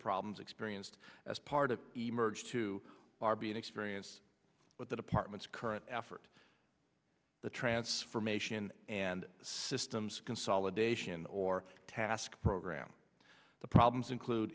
problems experienced as part of emerge two are being experienced but the department's current effort the transformation and systems consolidation or task program the problems include